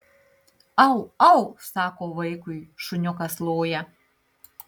au au sako vaikui šuniukas loja